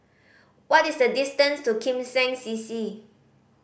what is the distance to Kim Seng C C